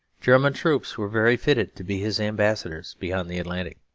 german troops were very fitted to be his ambassadors beyond the atlantic.